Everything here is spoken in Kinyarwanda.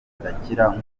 zidakira